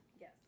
Yes